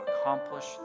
accomplish